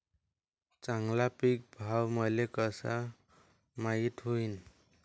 चांगला पीक भाव मले कसा माइत होईन?